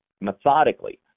methodically